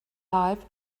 life